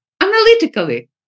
analytically